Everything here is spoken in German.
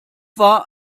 war